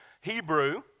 Hebrew